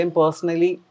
personally